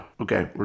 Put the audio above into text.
Okay